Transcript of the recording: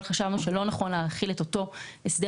אבל חשבנו שלא נכון להחיל את אותו הסדר